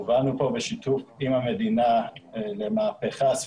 נעבוד בשיתוף פעולה בשנים הבאות ובעשורים